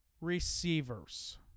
receivers